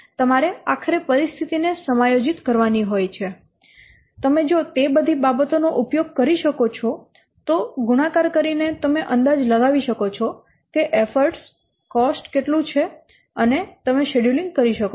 તમારે આખરે પરિસ્થિતિને સમાયોજિત કરવાની હોય છે તમે જો તે બધી બાબતોનો ઉપયોગ કરી શકો છો તો ગુણાકાર કરીને તમે અંદાજ લગાવી શકો છો કે એફર્ટ કોસ્ટ કેટલું છે અને તમે શેડ્યૂલિંગ કરી શકો છો